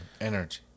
energy